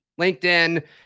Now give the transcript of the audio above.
LinkedIn